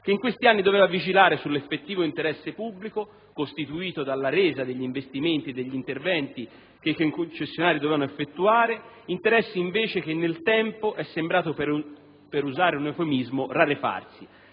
che in questi anni doveva vigilare sull'effettivo interesse pubblico (costituito dalla resa degli investimenti e degli interventi che i concessionari dovevano effettuare), interesse che invece nel tempo è sembrato, per usare un eufemismo, rarefarsi.